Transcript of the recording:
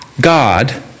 God